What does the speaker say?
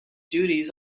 duties